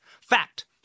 Fact